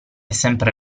sempre